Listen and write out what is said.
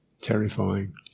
Terrifying